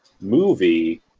movie